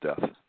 death